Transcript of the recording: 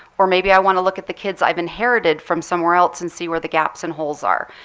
or maybe i want to look at the kids i've inherited from somewhere else and see where the gaps and holes are.